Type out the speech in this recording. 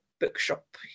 bookshop